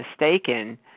mistaken